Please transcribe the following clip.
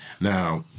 Now